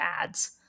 ads